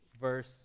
verse